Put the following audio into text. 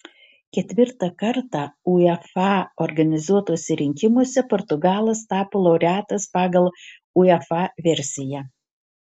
ketvirtą kartą uefa organizuotuose rinkimuose portugalas tapo laureatas pagal uefa versiją